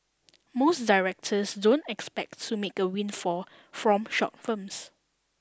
most directors don't expect to make a windfall from short films